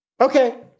okay